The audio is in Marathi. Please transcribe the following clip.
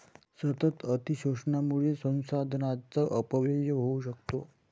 सतत अतिशोषणामुळे संसाधनांचा अपव्यय होऊ शकतो